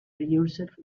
yourself